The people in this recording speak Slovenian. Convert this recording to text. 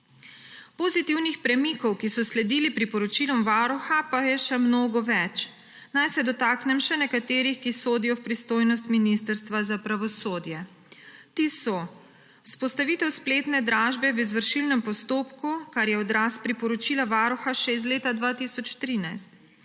Pozitivnih premikov, ki so sledili priporočilom Varuha, pa je še mnogo več. Naj se dotaknem še nekaterih, ki sodijo v pristojnost Ministrstva za pravosodje. Ti so: vzpostavitev spletne dražbe v izvršilnem postopku, kar je odraz priporočila Varuha še iz leta 2013;